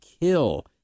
kill